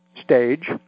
stage